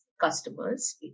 customers